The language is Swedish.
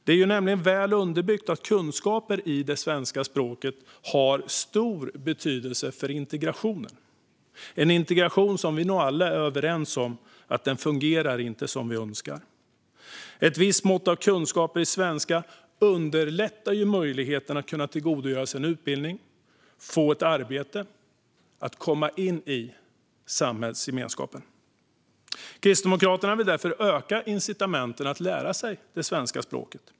Det är nämligen väl underbyggt att kunskaper i det svenska språket har stor betydelse för integrationen - vi är nog alla överens om att integrationen inte fungerar som vi önskar. Ett visst mått av kunskap i svenska underlättar möjligheten att tillgodogöra sig en utbildning, få ett arbete och komma in i samhällsgemenskapen. Kristdemokraterna vill öka incitamenten att lära sig det svenska språket.